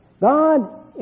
God